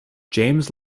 james